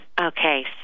Okay